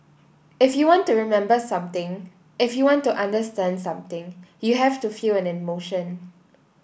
if you want to remember something if you want to understand something you have to feel an emotion